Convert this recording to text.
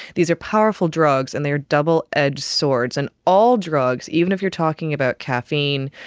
these are powerful drugs and they are double-edged swords. and all drugs, even if you are talking about caffeine,